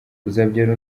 uzabyara